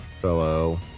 fellow